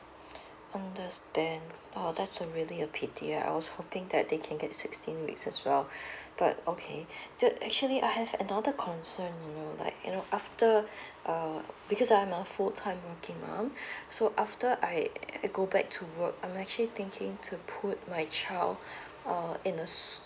understand !aww! that's a really a pity I was hoping that they can get sixteen weeks as well but okay that actually I have another concern you know like you know after um because I'm a full time working mom so after I I go back to work I'm actually thinking to put my child uh in a suit~